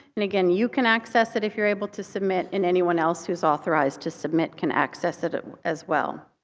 and again, you can access it if you're able to submit, and anyone else who's authorized to submit can access it as well.